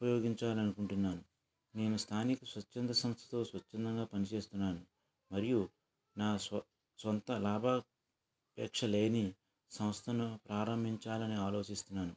ఉపయోగించాలి అనుకుంటున్నాను నేను స్థానిక స్వచ్చంద సంస్థతో స్వచ్ఛందంగా పని చేస్తున్నాను మరియు నా సొంత లాభాపేక్ష లేని సంస్థను ప్రారంభించాలని ఆలోచిస్తున్నాను